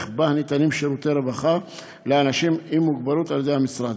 שבה ניתנים שירותי רווחה לאנשים עם מוגבלות על ידי המשרד,